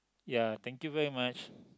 ya thank you very much